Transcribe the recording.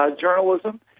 journalism